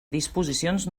disposicions